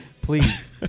Please